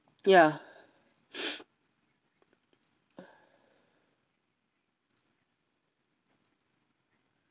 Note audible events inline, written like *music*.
ya *noise*